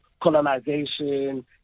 colonization